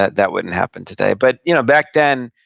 that that wouldn't happen today, but you know back then,